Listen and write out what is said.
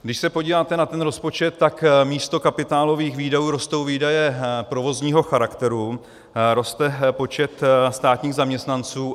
Když se podíváte na ten rozpočet, tak místo kapitálových výdajů rostou výdaje provozního charakteru, roste počet státních zaměstnanců.